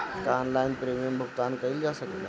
का online premium भुगतान कईल जा सकेला?